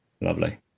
Lovely